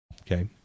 okay